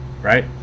right